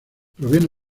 proviene